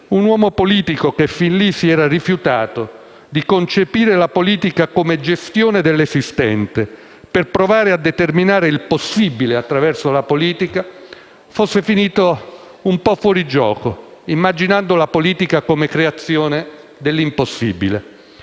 un uomo politico che fin lì si era rifiutato di concepire la politica come gestione dell'esistente per provare a determinare il possibile attraverso la politica, fosse finito un po' fuorigioco, immaginando la politica come creazione dell'impossibile.